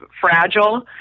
fragile